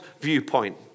viewpoint